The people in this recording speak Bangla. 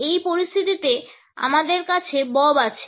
এই পরিস্থিতিতে আমাদের কাছে বব আছে